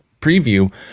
preview